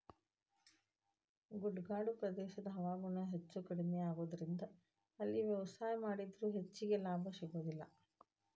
ಗುಡ್ಡಗಾಡು ಪ್ರದೇಶದ ಹವಾಗುಣ ಹೆಚ್ಚುಕಡಿಮಿ ಆಗೋದರಿಂದ ಅಲ್ಲಿ ವ್ಯವಸಾಯ ಮಾಡಿದ್ರು ಹೆಚ್ಚಗಿ ಲಾಭ ಸಿಗೋದಿಲ್ಲ